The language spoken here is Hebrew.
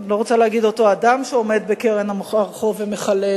לא רוצה להגיד אותו אדם שעומד בקרן הרחוב ומחלק,